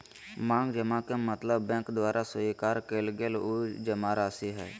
मांग जमा के मतलब बैंक द्वारा स्वीकार कइल गल उ जमाराशि हइ